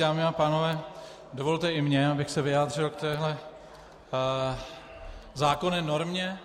Dámy a pánové, dovolte i mně, abych se vyjádřil k téhle zákonné normě.